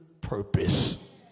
purpose